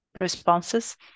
responses